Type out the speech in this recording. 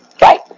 Right